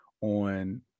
on